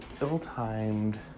ill-timed